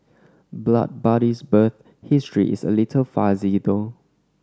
Blood Buddy's birth history is a little fuzzy though